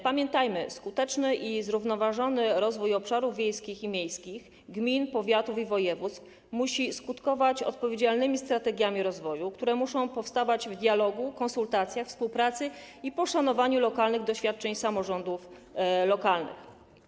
Pamiętajmy, że skuteczny i zrównoważony rozwój obszarów wiejskich i miejskich, gmin, powiatów i województw musi skutkować odpowiedzialnymi strategiami rozwoju, które muszą powstawać w dialogu, po konsultacjach, we współpracy i poszanowaniu lokalnych doświadczeń samorządów lokalnych.